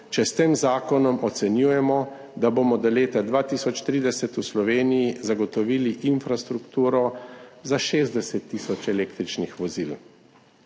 če s tem zakonom ocenjujemo, da bomo do leta 2030 v Sloveniji zagotovili infrastrukturo za 60 tisoč električnih vozil.